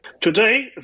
Today